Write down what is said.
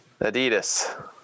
Adidas